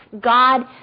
God